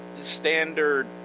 standard